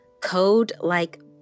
code-like